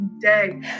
day